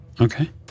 Okay